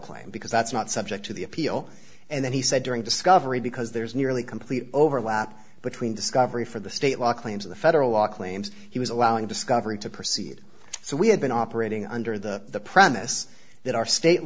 claim because that's not subject to the appeal and then he said during discovery because there's nearly complete overlap between discovery for the state law claims the federal law claims he was allowing discovery to proceed so we had been operating under the premise that our state